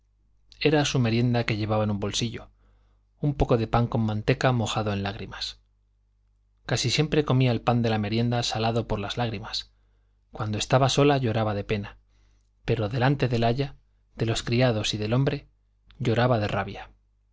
era su merienda que llevaba en un bolsillo un poco de pan con manteca mojado en lágrimas casi siempre comía el pan de la merienda salado por las lágrimas cuando estaba sola lloraba de pena pero delante del aya de los criados y del hombre lloraba de rabia